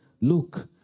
Look